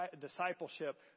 discipleship